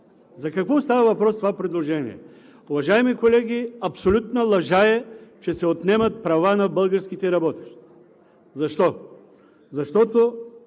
За какво става въпрос в това предложение? Уважаеми колеги, абсолютна лъжа е, че се отнемат права на българските работещи. Защо? Защото